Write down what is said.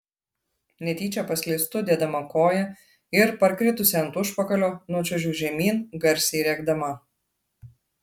netyčia paslystu dėdama koją ir parkritusi ant užpakalio nučiuožiu žemyn garsiai rėkdama